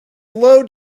low